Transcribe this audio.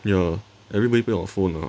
ya everybody play on phone ah